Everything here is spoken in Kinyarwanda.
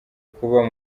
kuba